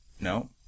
No